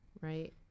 Right